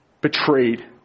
Betrayed